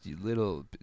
little